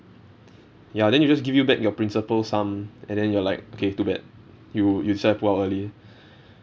ya then you just give you back your principal sum and then you're like okay too bad you you decided to pull out early